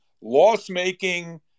loss-making